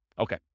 Okay